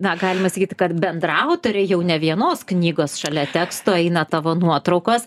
na galima sakyti kad bendraautorė jau ne vienos knygos šalia teksto eina tavo nuotraukos